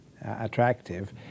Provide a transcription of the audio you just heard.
attractive